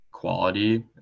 quality